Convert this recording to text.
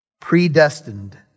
predestined